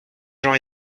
gens